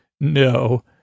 no